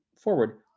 forward